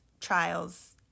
trials